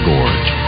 Gorge